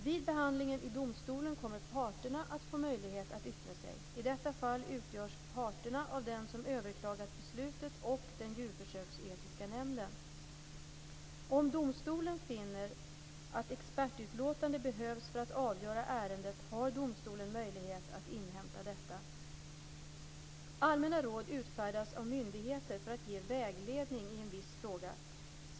Vid behandlingen i domstolen kommer parterna att få möjlighet att yttra sig. I detta fall utgörs parterna av den som har överklagat beslutet och den djurförsöksetiska nämnden. Om domstolen finner att expertutlåtande behövs för att avgöra ärendet har domstolen möjlighet att inhämta detta. Allmänna råd utfärdas av myndigheter för att ge vägledning i en viss fråga.